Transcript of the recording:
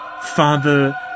father